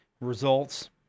results